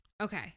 Okay